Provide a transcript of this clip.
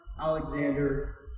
Alexander